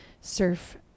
surf